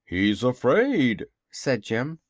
he's afraid, said jim.